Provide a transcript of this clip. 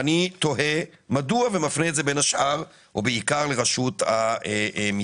ואני תוהה מדוע ומפנה את זה בעיקר לרשות המסים.